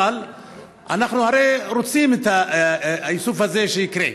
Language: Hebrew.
אבל אנחנו הרי רוצים שהאיסוף הזה יקרה.